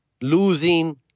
losing